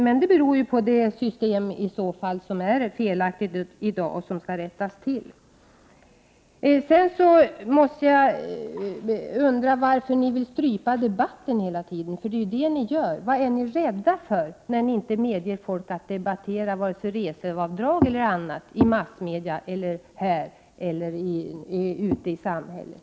Men det beror i så fall på det system vi har i dag som är felaktigt och som skall rättas till. Jag måste också fråga varför ni vill strypa debatten hela tiden. Det är ju det ni gör. Vad är ni rädda för, när ni inte medger folk att debattera vare sig reseavdrag eller annat i massmedia eller här eller ute i samhället?